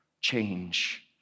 change